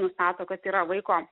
nustato kad yra vaiko